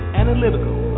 analytical